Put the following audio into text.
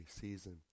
season